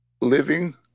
living